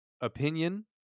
opinion